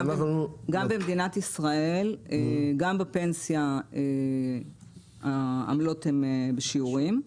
במדינת ישראל גם בפנסיה העמלות הן בשיעורים,